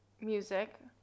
music